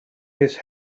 his